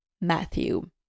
Matthew